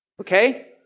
Okay